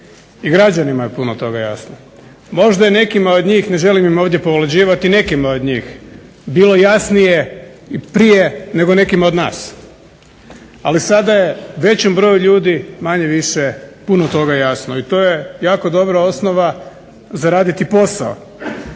i građanima je puno toga jasno. Možda je nekima od njih ne želim im ovdje povlađivati nekima od njih, bilo jasnije i prije nego nekima od nas. Ali sada je većem broju ljudi manje-više puno toga jasno. I to je jako dobra osnova za raditi posao.